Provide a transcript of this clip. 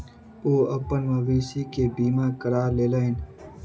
ओ अपन मवेशी के बीमा करा लेलैन